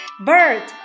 Bird